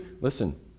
listen